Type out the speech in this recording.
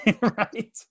Right